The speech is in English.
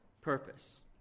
purpose